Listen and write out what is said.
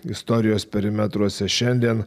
istorijos perimetruose šiandien